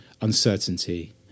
uncertainty